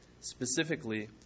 Specifically